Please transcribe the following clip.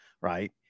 right